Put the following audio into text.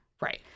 Right